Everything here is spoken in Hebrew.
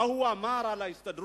מה הוא אמר על ההסתדרות.